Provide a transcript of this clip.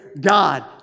God